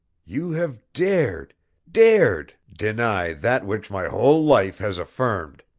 you have dared dared deny that which my whole life has affirmed!